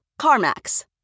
CarMax